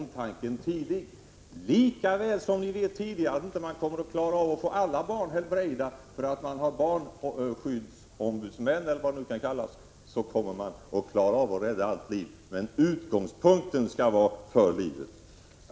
1986/87:19 omtanken tidigt. Lika väl som man inte kommer att klara av att få alla 5 november 1986 helbrägda, därför att man har barnskyddsombud, eller vad det kan kallas, = mo oam go nr kommer man inte att kunna rädda allt liv, men utgångspunkten skall vara för livet.